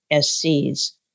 SC's